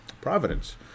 Providence